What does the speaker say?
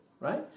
right